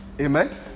Amen